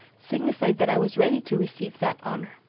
signified that i was ready to receive that honour.